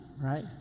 right